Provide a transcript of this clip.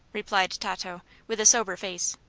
replied tato, with a sober face.